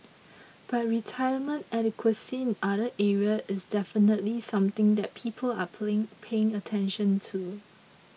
but retirement adequacy in other area is definitely something that people are playing paying attention to